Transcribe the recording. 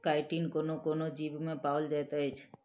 chitin कोनो कोनो जीवमे पाओल जाइत अछि